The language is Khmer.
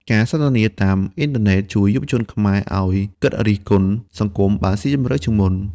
ការសន្ទនាតាមអ៊ីនធឺណិតជួយយុវជនខ្មែរ ឲ្យគិតរិះគន់សង្គមបានសុីជម្រៅជាងមុន។